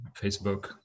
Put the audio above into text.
Facebook